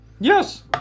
Yes